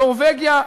נורבגיה,